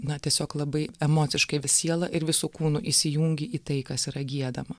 na tiesiog labai emociškai siela ir visu kūnu įsijungia į tai kas yra giedama